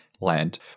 land